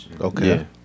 Okay